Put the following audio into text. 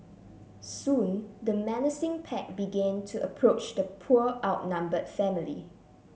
soon the menacing pack began to approach the poor outnumbered family